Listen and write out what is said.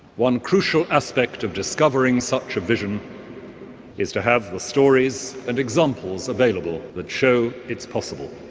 one crucial aspect of discovering such a vision is to have the stories and examples available that show it's possible.